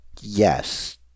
yes